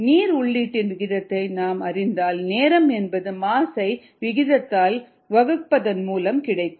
நீர் உள்ளீட்டின் விகிதத்தை நாம் அறிந்தால் நேரம் என்பது மாஸ் ஐ விகிதத்தால் வகுப்பதன்மூலம் கிடைக்கும்